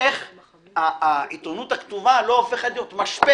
איך העיתונות הכתובה לא הופכת להיות משפך,